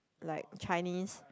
like Chinese